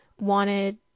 wanted